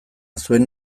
zuen